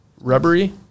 rubbery